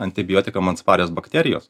antibiotikam atsparios bakterijos